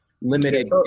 Limited